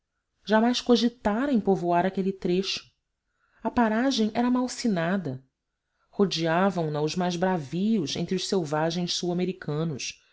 jamais cogitara em povoar aquele trecho a paragem era malsinada rodeavam na os mais bravios entre os selvagens sul americanos